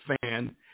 fan